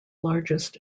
largest